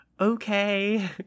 okay